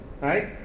right